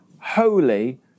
holy